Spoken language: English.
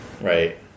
right